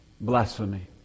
Blasphemy